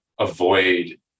avoid